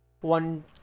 one